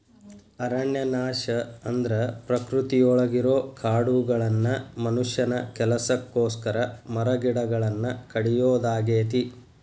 ಅರಣ್ಯನಾಶ ಅಂದ್ರ ಪ್ರಕೃತಿಯೊಳಗಿರೋ ಕಾಡುಗಳನ್ನ ಮನುಷ್ಯನ ಕೆಲಸಕ್ಕೋಸ್ಕರ ಮರಗಿಡಗಳನ್ನ ಕಡಿಯೋದಾಗೇತಿ